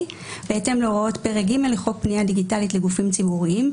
בהתאם להוראות פרק ג' לחוק פנייה דיגיטלית לגופים ציבוריים,